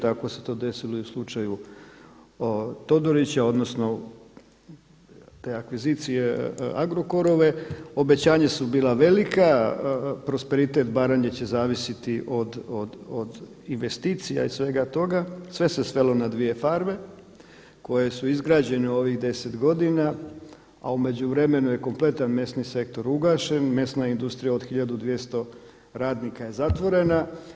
Tako se to desilo i u slučaju Todorića, odnosno te akvizicije Agrokorove, obećanja su bila velika, prosperitet Baranje će zavisiti od investicija i svega toga, sve se svelo na dvije farme koje su izgrađene u ovih 10 godina a u međuvremenu je kompletan mesni sektor ugašen, mesna industrija od hiljadu 200 radnika je zatvorena.